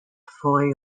fully